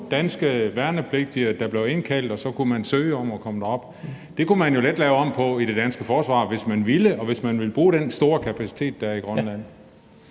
danske værnepligtige, der blev indkaldt, og man kunne så søge om at komme derop. Det kunne man jo let lave om på i det danske forsvar, hvis man ville, og hvis man vil bruge den store kapacitet, der er i Grønland.